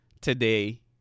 today